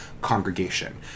congregation